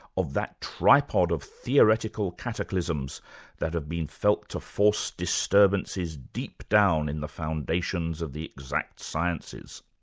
of that tripod of theoretical cataclysms that have been felt to force disturbances deep down in the foundations of the exact sciences.